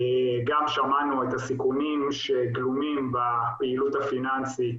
גם שמענו את הסיכונים שגלומים בפעילות הפיננסית